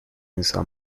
install